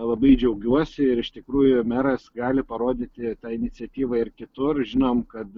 labai džiaugiuosi ir iš tikrųjų meras gali parodyti tą iniciatyvą ir kitur žinom kad